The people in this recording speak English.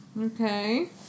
Okay